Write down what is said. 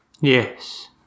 Yes